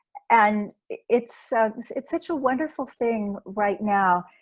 and it's such it's such a wonderful thing right now,